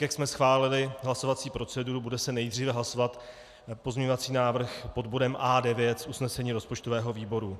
Jak jsme schválili hlasovací proceduru, bude se nejdříve hlasovat pozměňovací návrh pod bodem A9 z usnesení rozpočtového výboru.